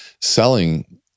Selling